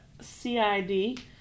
CID